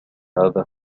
هذا